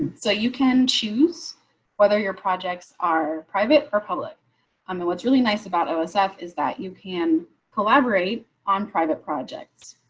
so you can choose whether your projects are private or public on the what's really nice about osf is that you can collaborate on private projects.